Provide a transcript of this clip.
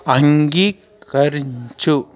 అంగీకరించు